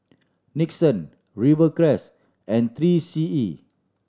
Nixon Rivercrest and Three C E